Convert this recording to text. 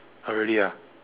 !huh! really ah